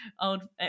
old –